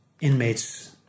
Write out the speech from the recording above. inmates